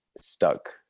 stuck